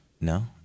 No